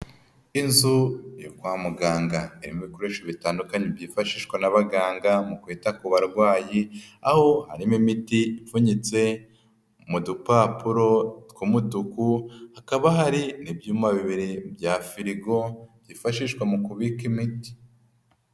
Inzu yo kwa muganga, irimo ibikoresho bitandukanye byifashishwa n'abaganga mu kwita ku barwayi, aho harimo imiti ipfunyitse mu dupapuro tw'umutuku, hakaba hari n'ibyuma bibiri bya firigo byifashishwa mu kubika imiti.